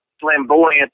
flamboyant